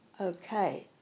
okay